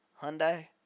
Hyundai